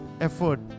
effort